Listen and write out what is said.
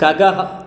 खगः